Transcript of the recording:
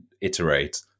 iterate